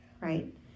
Right